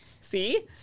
See